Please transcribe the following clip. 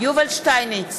יובל שטייניץ,